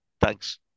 Thanks